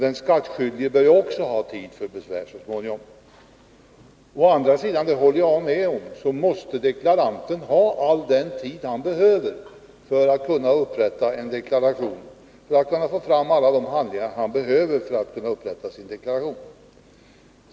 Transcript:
Den skattskyldige bör naturligtvis också ha tid för att så småningom inlämna besvär. Jag håller med Esse Petersson om att den enskilde deklaranten skall ha den tid på sig som behövs för att få fram alla handlingar och därefter kunna upprätta sin deklaration.